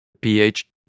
pH